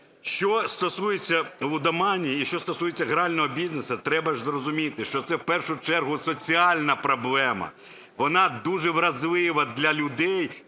Що стосується лудоманії і що стосується грального бізнесу, треба ж зрозуміти, що це в першу чергу соціальна проблема, вона дуже вразлива для людей,